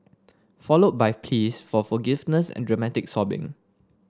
followed by pees for forgiveness and dramatic sobbing